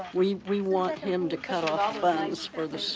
we we want him to cut off funds for the surge.